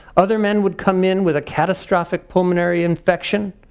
other men would come in with a catastrophic pulmonary infection,